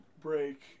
break